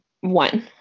one